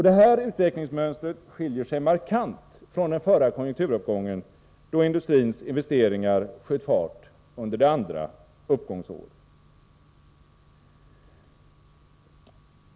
Detta utvecklingsmönster skiljer sig markant från den förra konjunkturuppgången, då industrins investeringar sköt fart under det andra uppgångsåret.